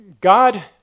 God